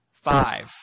Five